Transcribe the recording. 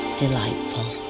delightful